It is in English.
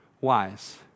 wise